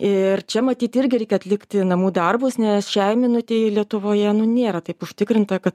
ir čia matyt irgi reikia atlikti namų darbus nes šiai minutei lietuvoje nėra taip užtikrinta kad